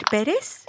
Pérez